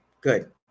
good